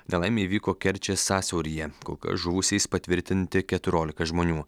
nelaimė įvyko kerčės sąsiauryje kol kas žuvusiais patvirtinti keturiolika žmonių